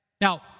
Now